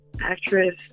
actress